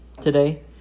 today